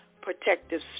protective